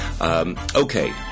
Okay